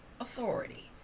authority